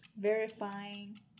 Verifying